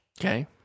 Okay